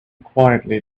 quietly